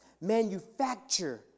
manufacture